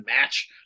match –